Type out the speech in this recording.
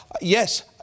yes